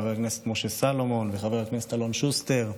חבר הכנסת משה סולומון וחבר הכנסת אלון שוסטר,